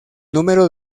número